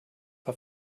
war